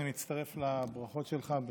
אני מצטרף לברכות שלך.